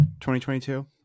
2022